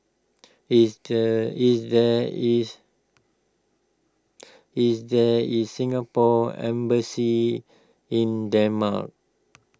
is the is there is is there is Singapore Embassy in Denmark